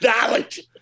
Knowledge